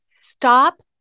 Stop